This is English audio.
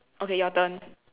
okay your turn